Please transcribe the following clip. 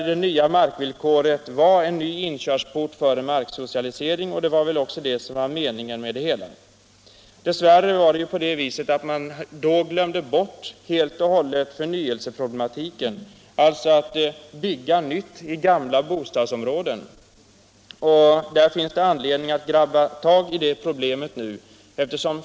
De nya markvillkoren är en inkörsport för marksocialisering och det var väl också meningen med det hela. Dess värre glömde man helt och hållet bort förnyelseproblematiken, dvs. att bygga nytt i gamla bostadsområden. Det finns anledning att grabba tag i det problemet nu.